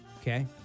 Okay